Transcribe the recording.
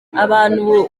abantu